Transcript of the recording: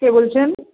কে বলছেন